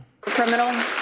Criminal